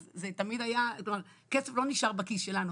אז זה תמיד היה, כלומר, כסף לא נשאר בכיס שלנו.